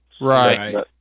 Right